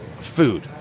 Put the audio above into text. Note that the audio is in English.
food